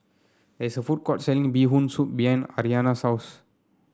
there's a food court selling Bee Hoon Soup behind Aryana's house